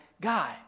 guy